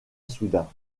soudain